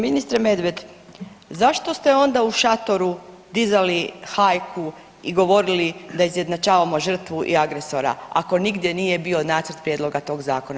Ministre Medved zašto ste onda u šatoru dizali hajku i govorili da izjednačavamo žrtvu i agresora, ako nigdje nije bio nacrt prijedloga tog zakona.